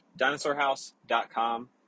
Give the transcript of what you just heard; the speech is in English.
dinosaurhouse.com